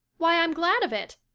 why, i'm glad of it.